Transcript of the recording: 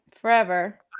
Forever